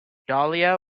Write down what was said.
dahlia